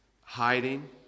hiding